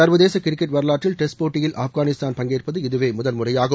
சர்வதேச கிரிக்கெட் வரலாற்றில் டெஸ்ட் போட்டியில் ஆப்காளிஸ்தான் பங்கேற்பது இதுவே முதல்முறையாகும்